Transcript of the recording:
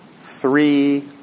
three